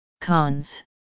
Cons